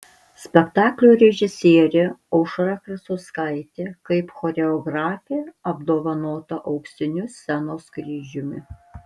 spektaklio režisierė aušra krasauskaitė kaip choreografė apdovanota auksiniu scenos kryžiumi